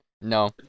No